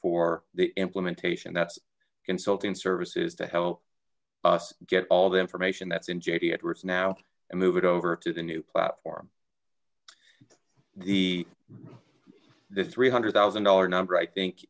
for the implementation that's consulting services to help us get all the information that's in jd edwards now and move it over to the new platform the the three hundred thousand dollars number i think